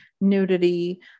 nudity